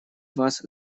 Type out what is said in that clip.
вас